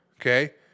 okay